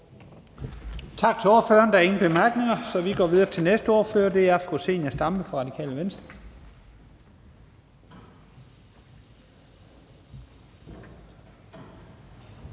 Tak til ordføreren. Der er ingen korte bemærkninger, så vi går videre til næste ordfører, og det er fru Zenia Stampe fra Radikale Venstre.